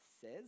says